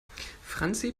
franzi